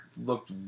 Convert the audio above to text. looked